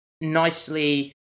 nicely